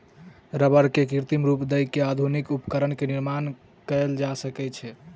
रबड़ के कृत्रिम रूप दय के आधुनिक उपकरण के निर्माण कयल जा सकै छै